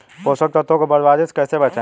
पोषक तत्वों को बर्बादी से कैसे बचाएं?